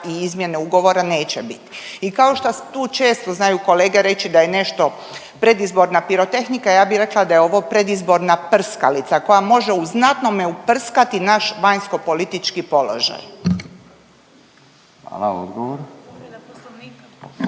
i izmjene ugovora neće biti. I kao što tu često znaju kolege reći da je nešto predizborna pirotehnika ja bi rekla da je ovo predizborna prskalica koja može u znatnome uprskati naš vanjskopolitički položaj. **Radin,